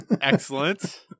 Excellent